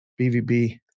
BVB